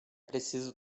preciso